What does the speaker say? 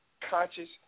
conscious